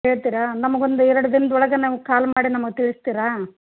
ಹೇಳ್ತೀರಾ ನಮಗೆ ಒಂದು ಎರಡು ದಿನದೊಳಗೆ ನಮ್ಗೆ ಕಾಲ್ ಮಾಡಿ ನಮಗೆ ತಿಳಿಸ್ತೀರಾ